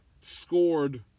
scored